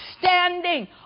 standing